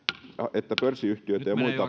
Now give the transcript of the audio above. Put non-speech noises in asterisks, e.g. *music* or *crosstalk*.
että pörssiyhtiöitä ja muita *unintelligible*